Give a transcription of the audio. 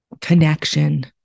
connection